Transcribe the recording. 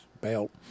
belt